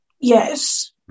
Yes